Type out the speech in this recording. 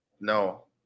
no